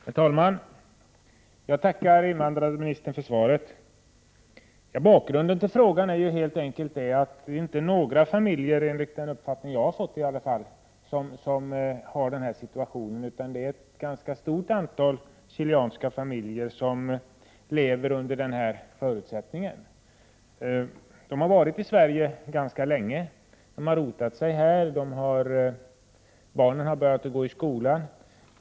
Herr talman! Jag tackar invandrarministern för svaret. Bakgrunden till min fråga är helt enkelt att det inte är några få familjer — i varje fall inte enligt min uppfattning — utan ett ganska stort antal chilenska familjer som lever under dessa omständigheter. Familjerna har varit i Sverige ganska länge. De har rotat sig här och barnen har påbörjat sin skolgång.